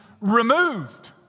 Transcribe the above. removed